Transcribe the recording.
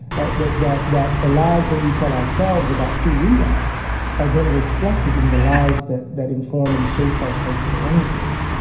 that that that the lies that we tell ourselves about who we are are then reflected in the lies that that inform and shape our social arrangements.